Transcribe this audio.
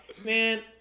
Man